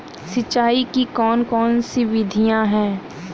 सिंचाई की कौन कौन सी विधियां हैं?